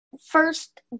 first